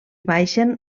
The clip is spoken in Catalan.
baixen